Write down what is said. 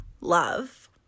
love